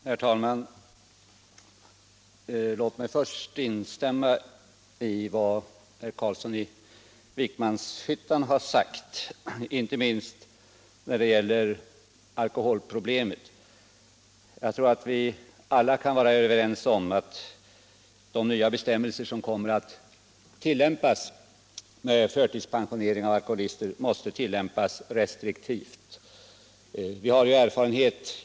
Herr talman! Låt mig först instämma i vad herr Carlsson i Vikmanshyttan sagt, inte minst när det gäller alkoholproblemet. Jag tror att vi alla kan vara överens om att de nya bestämmelserna om förtidspensionering av alkoholister måste tillämpas restriktivt.